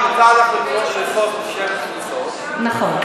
מותר לך לכעוס בשם קבוצות, נכון.